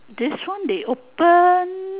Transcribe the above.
this one they open